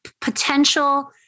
potential